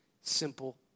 simple